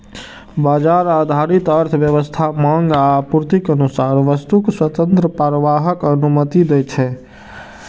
बाजार आधारित अर्थव्यवस्था मांग आ आपूर्तिक अनुसार वस्तुक स्वतंत्र प्रवाहक अनुमति दै छै